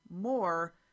more